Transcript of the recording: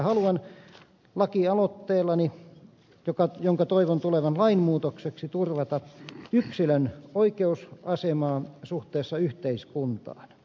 haluan laki aloitteellani jonka toivon tulevan lainmuutokseksi turvata yksilön oikeusasemaa suhteessa yhteiskuntaan